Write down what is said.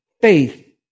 faith